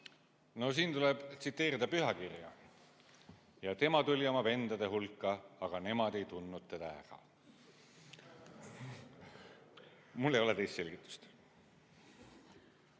No siin tuleb tsiteerida pühakirja: "Ja tema tuli oma vendade hulka, aga nemad ei tundnud teda ära." Mul ei ole teist selgitust.